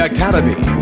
Academy